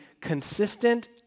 consistent